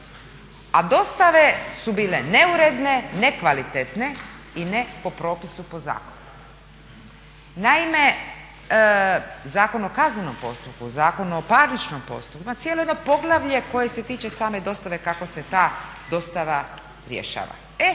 A dostave su bile neuredne, nekvalitetne i ne po propisu i po zakonu. Naime Zakon o kaznenom postupku, zakon o parničnom postupku, ma cijelo jedno poglavlje koje se tiče same dostave kako se ta dostava rješava.